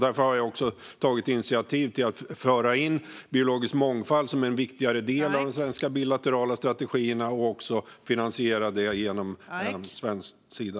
Därför har jag tagit initiativ till att föra in biologisk mångfald som en viktigare del av de svenska bilaterala strategierna och också finansiera dem genom svenska Sida.